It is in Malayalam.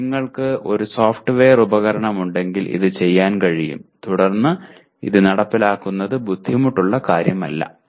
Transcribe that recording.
എന്നാൽ നിങ്ങൾക്ക് ഒരു സോഫ്റ്റ്വെയർ ഉപകരണം ഉണ്ടെങ്കിൽ ഇത് ചെയ്യാൻ കഴിയും തുടർന്ന് ഇത് നടപ്പിലാക്കുന്നത് ബുദ്ധിമുട്ടുള്ള കാര്യമല്ല